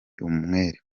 umwere